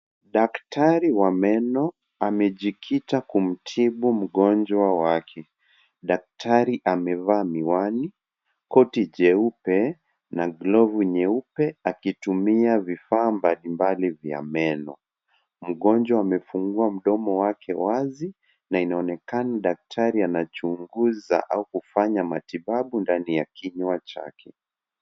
Daktari wa meno, amejikita kumtibu mgonjwa wake. Daktari amevaa miwani, koti jeupe, na glovu nyeupe akitumia vifaa mbalimbali vya meno. Mgonjwa amefungua mdomo wake wazi na inaonekana daktari anachunguza au kufanya matibabu ndani ya kinywa chake.